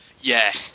yes